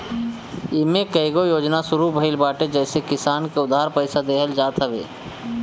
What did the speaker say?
इमे कईगो योजना शुरू भइल बाटे जेसे किसान के उधार पईसा देहल जात हवे